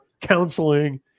counseling